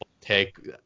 take